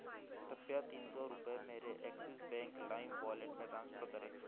कृपया तीन सौ रुपये मेरे एक्सिस बैंक लाइम वॉलेट में ट्रांसफ़र करें